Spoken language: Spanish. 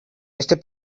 este